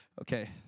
Okay